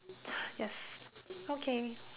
yes okay